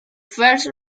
first